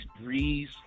breeze